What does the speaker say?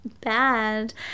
bad